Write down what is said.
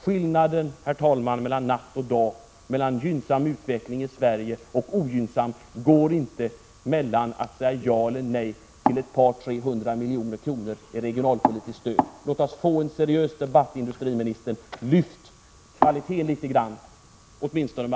Skillnaden, herr talman, mellan natt och dag, mellan gynnsam och ogynnsam utveckling i Sverige ligger inte i ett ja eller ett nej till ett par tre hundra miljoner i regionalpolitiskt stöd. Låt oss få en seriös debatt, industriministern. Lyft debattkvaliteten litet grand!